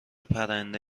پرنده